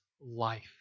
life